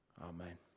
Amen